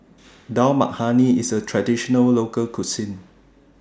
Dal Makhani IS A Traditional Local Cuisine